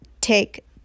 take